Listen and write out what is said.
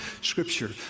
Scripture